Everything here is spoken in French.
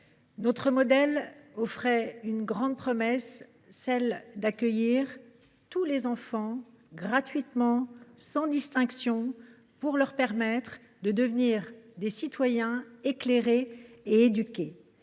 Notre modèle faisait une grande promesse : accueillir tous les enfants gratuitement, sans distinction, pour leur permettre de devenir des citoyens éclairés et éduqués.